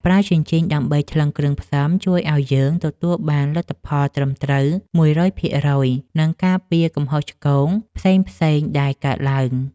ប្រើជញ្ជីងដើម្បីថ្លឹងគ្រឿងផ្សំជួយឱ្យយើងទទួលបានលទ្ធផលត្រឹមត្រូវមួយរយភាគរយ និងការពារកំហុសឆ្គងផ្សេងៗដែលកើតឡើង។